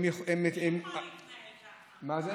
תגידו,